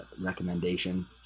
recommendation